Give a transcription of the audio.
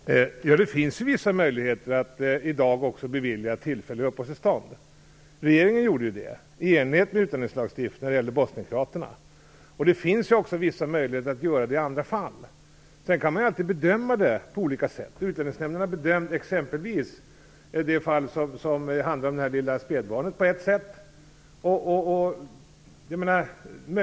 Herr talman! Det finns i dag vissa möjligheter att bevilja tillfälliga uppehållstillstånd. Regeringen gjorde det - i enlighet med utlänningslagstiftningen - när det gäller bosnienkroaterna. Det finns också vissa möjligheter att göra det i andra fall. Sedan kan man alltid göra olika bedömningar. Utlänningsnämnden har exempelvis bedömt det fall som handlar om det lilla spädbarnet på ett sätt.